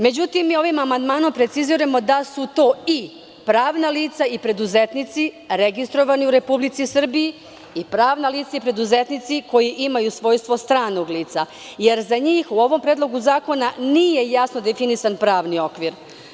Međutim, ovim amandmanom preciziramo da su to i pravna lica i preduzetnici registrovani u Republici Srbiji i pravna lica i preduzetnici koji imaju svojstva stranog lica, jer za njih u ovom predlogu zakona nije jasno definisan pravni okvir.